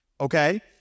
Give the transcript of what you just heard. okay